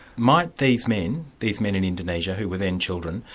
might these men, these men in indonesia who were then children,